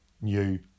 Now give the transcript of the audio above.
new